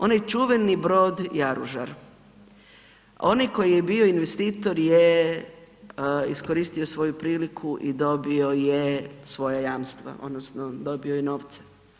Onaj čuveni brod Jaružar, onaj koji je bio investitor je iskoristio svoju priliku i dobio je svoja jamstva, odnosno dobio je novce.